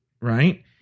right